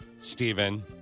Stephen